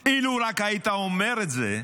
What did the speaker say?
אילו רק היית אומר את זה,